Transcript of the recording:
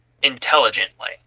intelligently